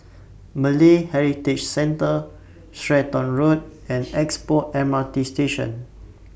Malay Heritage Centre Stratton Road and Expo M R T Station